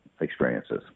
experiences